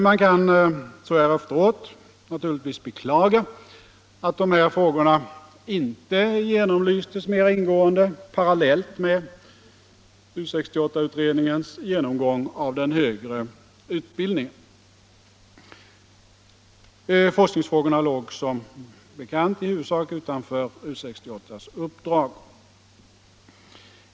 Så här efter åt kan man naturligtvis beklaga att dessa frågor inte genomlystes mera ingående parallellt med U 68-utredningens genomgång av den högre utbildningen. Forskningsfrågorna låg som bekant i huvudsak utanför U 68:s uppdrag.